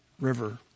river